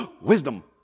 Wisdom